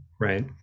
right